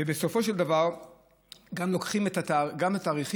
בסופו של דבר לוקחים את התאריכים,